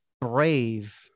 brave